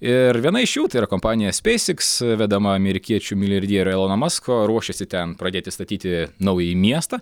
ir viena iš jų tai yra kompanija speis iks vedama amerikiečių milijardierio elono masko ruošiasi ten pradėti statyti naująjį miestą